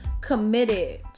committed